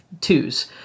twos